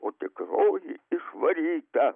o tikroji išvaryta